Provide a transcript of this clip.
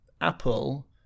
Apple